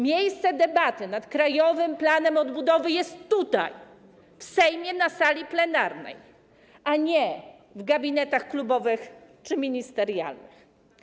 Miejsce debaty nad Krajowym Planem Odbudowy jest tutaj, w Sejmie, na sali plenarnej, a nie w gabinetach klubowych czy ministerialnych.